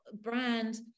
brand